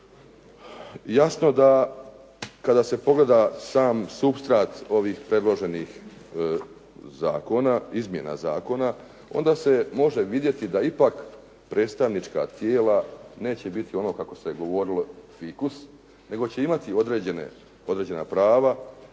Jasno da kada se pogleda sam supstrat ovih predloženih zakona, izmjena zakona onda se može vidjeti da ipak predstavnička tijela neće biti ono kako se je govorilo fikus, nego će imati određena prava,